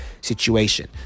situation